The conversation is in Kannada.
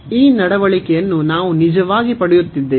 ಈ ನಡವಳಿಕೆಯನ್ನು ನಾವು ನಿಜವಾಗಿ ಪಡೆಯುತ್ತಿದ್ದೇವೆ